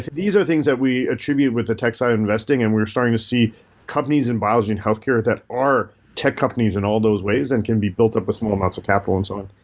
these are the things that we attribute with the tech side of investing and we're starting to see companies in biology and healthcare that are tech companies in all those ways and can be built up with small amounts of capital and so on.